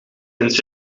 eens